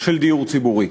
של דיור ציבורי.